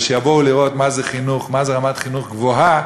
אבל שיבואו לראות מה זה רמת חינוך גבוהה